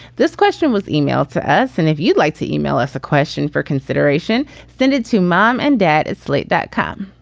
this question was emailed to us. and if you'd like to e-mail us a question for consideration, send it to mom and dad at slate. that cop